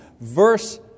Verse